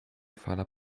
fala